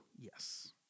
Yes